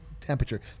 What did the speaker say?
temperature